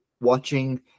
watching